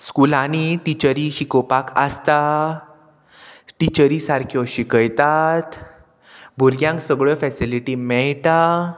स्कुलांनी टिचरी शिकोवपाक आसता टिचरी सारक्यो शिकयतात भुरग्यांक सगळ्यो फेसिलिटी मेळटा